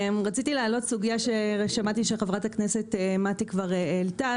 רציתי להעלות סוגיה ששמעתי שחברת הכנסת מטי כבר העלתה,